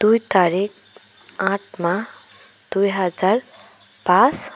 দুই তাৰিখ আঠমাহ দুই হাজাৰ পাঁচ